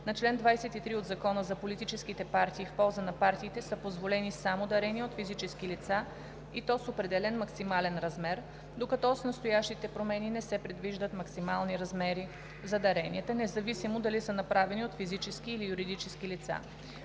на чл. 23 от Закона за политическите партии в полза на партиите са позволени само дарения от физически лица, и то – с определен максимален размер, докато с настоящите промени не се предвиждат максимални размери за даренията, независимо дали са направени от физически или юридически лица.